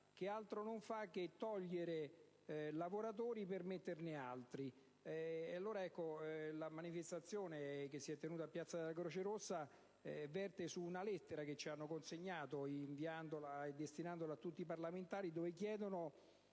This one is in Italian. che altro non fa che togliere lavoratori per metterne altri.